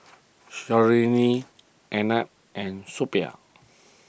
Sarojini Arnab and Suppiah